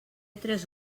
tres